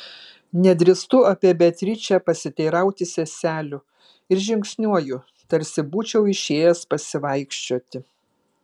nedrįstu apie beatričę pasiteirauti seselių ir žingsniuoju tarsi būčiau išėjęs pasivaikščioti